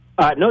No